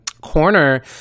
corner